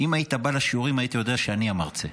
אם היית בא לשיעורים, היית יודע שאני המרצה.